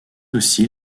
aussi